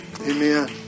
Amen